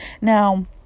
Now